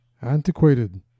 antiquated